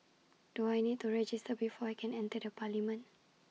do I need to register before I can enter the parliament